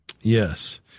Yes